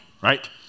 Right